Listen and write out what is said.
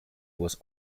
was